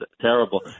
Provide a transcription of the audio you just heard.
terrible